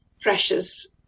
precious